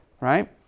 right